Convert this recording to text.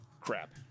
crap